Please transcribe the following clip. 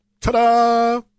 Ta-da